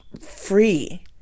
free